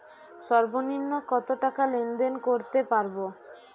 সর্বনিম্ন কত টাকা লেনদেন করতে পারবো?